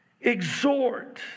Exhort